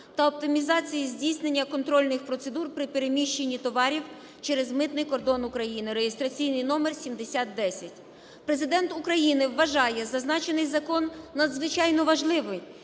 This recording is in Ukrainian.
та оптимізації здійснення контрольних процедур при переміщенні товарів через митний кордон України" (реєстраційний номер 7010). Президент України вважає зазначений закон надзвичайно важливим